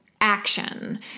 action